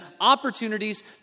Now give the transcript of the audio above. opportunities